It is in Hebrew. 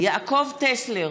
יעקב טסלר,